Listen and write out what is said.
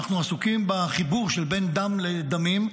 אנחנו עסוקים בחיבור שבין דם לדמים.